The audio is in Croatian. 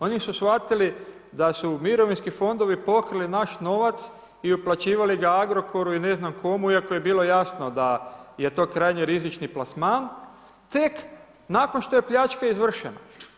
Oni su shvatili, da su mirovinski fondovi, pokrali naš novac i uplaćivali ga Agrokoru i ne znam komu iako je bilo jasno da je to krajnje rizičan plasman, tek nakon što je pljačka izvršena.